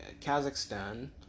Kazakhstan